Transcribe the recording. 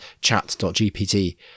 chat.gpt